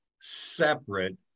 separate